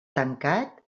tancat